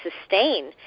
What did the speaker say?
sustain